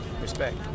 Respect